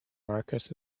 marcus